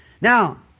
Now